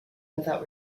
without